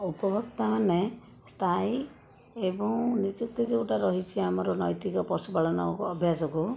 ଉପଭୋକ୍ତାମାନେ ସ୍ଥାୟୀ ଏବଂ ନିଯୁକ୍ତି ଯେଉଁଟା ରହିଛି ଆମର ନୈତିକ ପଶୁପାଳନ ଅଭ୍ୟାସକୁ